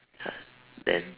ya then